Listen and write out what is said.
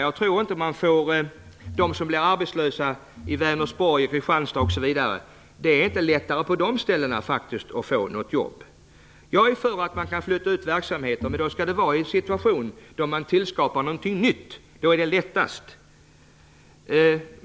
Jag tror inte att man får dem som blir arbetslösa i Vänersborg, Kristianstad, osv. att flytta. Och det är faktiskt inte lättare att få något jobb på de ställena. Jag är för att man flyttar ut verksamheter, men då skall det vara i en situation då man skapar någonting nytt - då är det lättast.